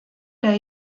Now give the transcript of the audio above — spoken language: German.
der